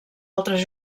altres